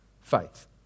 faith